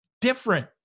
different